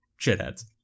shitheads